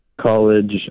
college